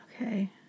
Okay